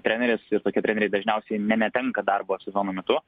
treneris ir tokie treneriai dažniausiai ne netenka darbo sezono metu